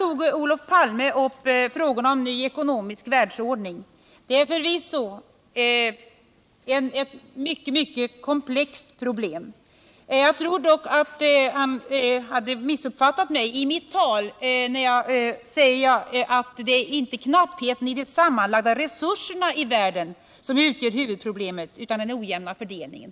Olof Palme tog upp frågorna om en ny ekonomisk världsordning. Det är förvisso ett mycket komplext problem. Jag tror dock att han missuppfattat mig. Jag sade i mitt tal att det inte är knappheten i de sammanlagda resurserna i världen som utgör huvudproblemet utan den ojämna fördelningen.